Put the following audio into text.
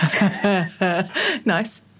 Nice